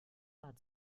hat